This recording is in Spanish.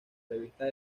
revistas